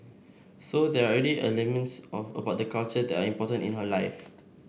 so there are already elements about the culture that are important in her life